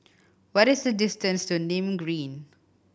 what is the distance to Nim Green